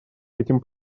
этим